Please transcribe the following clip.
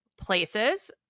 places